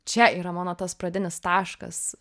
čia yra mano tas pradinis taškas